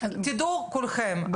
תדעו כולכם,